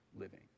living